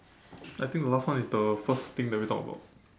I think the last one is the first thing that we talked about